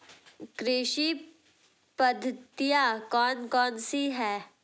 कृषि पद्धतियाँ कौन कौन सी हैं?